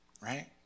Right